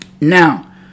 now